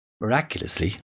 Miraculously